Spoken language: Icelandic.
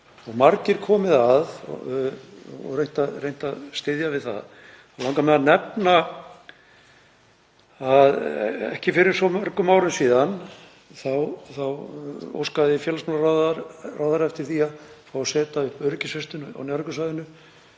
og margir komið að og reynt að styðja við það, þá langar mig að nefna að ekki fyrir svo mörgum árum síðan óskaði félagsmálaráðherra eftir því að fá að setja upp öryggisvistun á Njarðvíkursvæðinu.